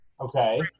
Okay